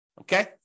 Okay